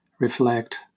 Reflect